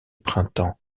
printemps